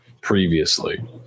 previously